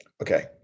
Okay